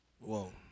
Whoa